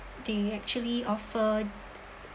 they actually offer